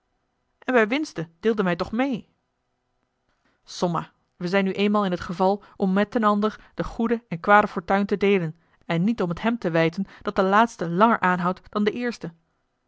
en bij winste deelden wij toch meê somma we zijn nu eenmaal in t geval om met den ander de goede en kwade fortuin te deelen en niet om het hem te wijten dat de laatste langer aanhoudt dan de eerste